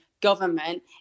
government